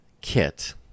kit